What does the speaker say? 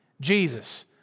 Jesus